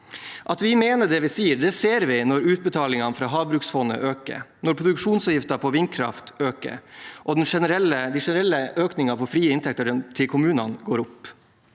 at vi mener det vi sier, ser vi når utbetalingene fra havbruksfondet øker, når produksjonsavgiften på vindkraft øker, og når de generelle økningene på frie inntekter til kommunene går opp.